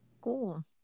Cool